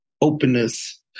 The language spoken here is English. openness